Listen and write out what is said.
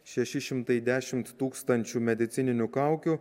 šeši šimtai dešimt tūkstančių medicininių kaukių